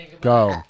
Go